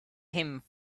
him